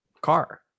car